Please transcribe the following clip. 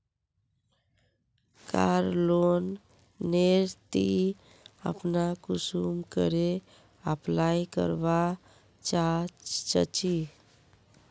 कार loan नेर ती अपना कुंसम करे अप्लाई करवा चाँ चची?